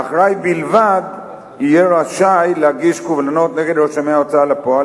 האחראי בלבד יהיה רשאי להגיש קובלנות נגד רשמי ההוצאה לפועל